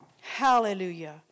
Hallelujah